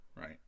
Right